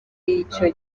icyo